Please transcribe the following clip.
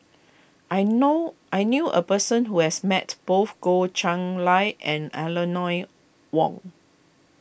I know I knew a person who has met both Goh Chiew Lye and Eleanor Wong